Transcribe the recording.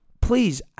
Please